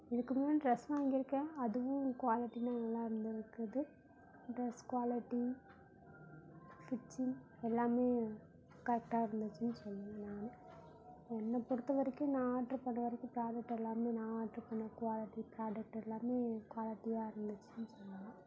இதுக்கு முன்னே ட்ரெஸ் வாங்கியிருக்கேன் அதுவும் குவாலிட்டிலாம் நல்லாயிருந்து இருக்குது பெஸ்ட் குவாலிட்டி ஸ்ட்டிச்சிங் எல்லாமே கரெட்டாக இருந்துச்சின்னு சொல்லலாம் என்னப் பொருத்த வரைக்கும் நான் ஆர்ட்ரு பண்ண வரைக்கும் ப்ராடக்ட் எல்லாமே நான் ஆர்ட்ரு பண்ண குவாலிட்டி ப்ராடக்ட் எல்லாமே குவாலிட்டியாக இருந்துச்சின்னு சொல்லலாம்